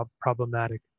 problematic